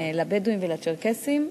לבדואים ולצ'רקסים,